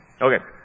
Okay